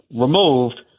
removed